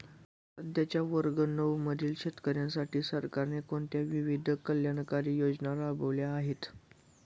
सध्याच्या वर्ग नऊ मधील शेतकऱ्यांसाठी सरकारने कोणत्या विविध कल्याणकारी योजना राबवल्या आहेत?